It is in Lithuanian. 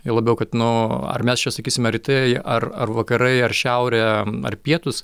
juo labiau kad nu ar mes čia sakysime rytai ar ar vakarai ar šiaurė ar pietūs